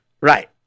Right